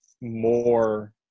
more